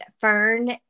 Fern